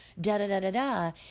Da-da-da-da-da